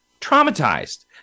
traumatized